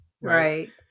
Right